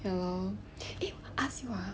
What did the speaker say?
ya lor eh ask you mah